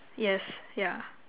yes yeah